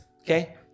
okay